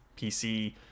PC